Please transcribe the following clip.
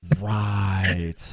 Right